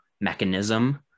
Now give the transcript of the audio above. mechanism